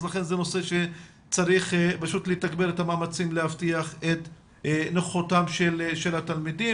לכן זה נושא שצריך לתגבר את המאמצים להבטיח נוכחות התלמידים.